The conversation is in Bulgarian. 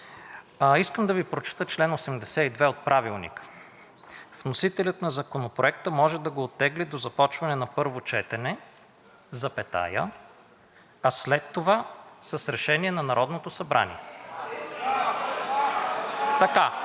Искам да Ви прочета чл. 82 от Правилника: „Вносителят на законопроекта може да го оттегли до започване на първо четене, а след това с решение на Народното събрание.“